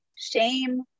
shame